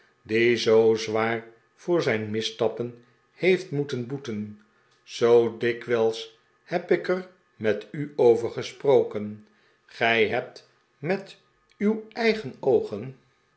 die zoo zwaar voor zijn misstappen heeft moeten boeten zoo dikwijls heb ik er met u over gesproken gij hebt met uw eigen oogen